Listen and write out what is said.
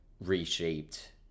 reshaped